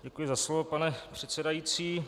Děkuji za slovo, pane předsedající.